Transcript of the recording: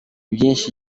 byinshi